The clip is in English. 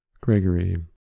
Gregory